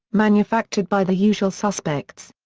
manufactured by the usual suspects.